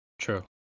True